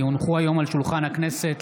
כי הונחו היום על שולחן הכנסת,